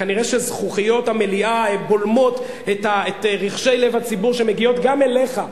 נראה שזכוכיות המליאה בולמות את רחשי לב הציבור שמגיעים גם אליך,